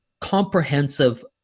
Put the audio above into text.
comprehensive